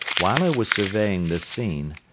while i was surveying this scene,